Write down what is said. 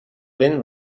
vent